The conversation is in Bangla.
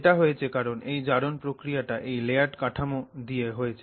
এটা হয়েছে কারণ এই জারণ প্রক্রিয়াটা এই লেয়ারড কাঠামো দিয়ে হয়েছে